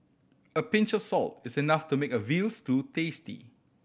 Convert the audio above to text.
a pinch of salt is enough to make a veal stew tasty